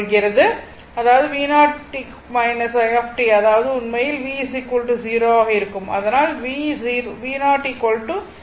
அதாவது v0 i அதாவது உண்மையில் v 0 ஆக இருக்கும் ஆனால் v0 0 வோல்ட்